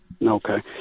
Okay